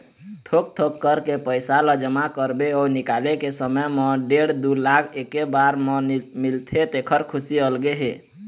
थोक थोक करके पइसा ल जमा करबे अउ निकाले के समे म डेढ़ दू लाख एके बार म मिलथे तेखर खुसी अलगे हे